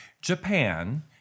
Japan